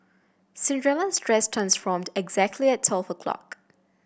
Cinderella's dress transformed exactly at twelve o'clock